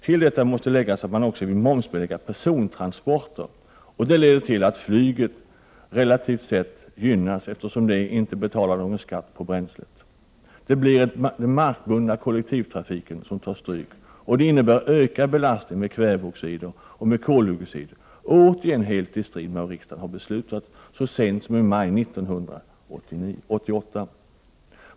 Till detta måste läggas att man också vill momsbelägga persontransporter, och det leder till att flyget relativt sett gynnas eftersom det inte betalar någon skatt på bränslet. Det blir den markbundna kollektivtrafiken som tar stryk, vilket innebär en ökad belastning med kväveoxider och med koldioxid, återigen helt i strid mot vad riksdagen har fattat beslut om så sent som i maj 1988.